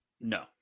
No